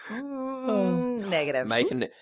Negative